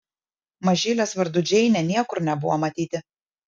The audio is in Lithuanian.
mažylės vardu džeinė niekur nebuvo matyti